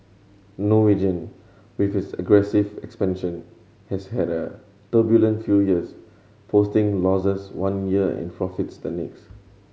Norwegian with its aggressive expansion has had a turbulent few years posting losses one year and profits the next